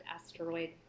asteroid